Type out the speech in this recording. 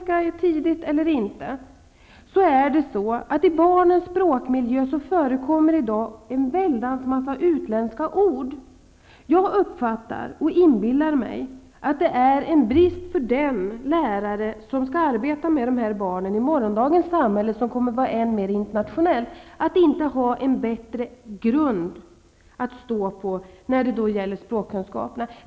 Jag uppfattar och inbillar mig att det för den lärare som skall stödja barns språkutveckling -- vare sig man nu skall undervisa i engelska tidigt eller inte -- och arbeta med dessa barn i morgondagens samhälle, som kommer att vara än mer internationellt, är en brist att inte ha en bättre grund att stå på när det gäller språkkunskaperna.